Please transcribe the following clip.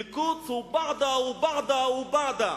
אלקודס, "ובעד", "ובעד" "ובעד".